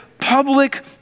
public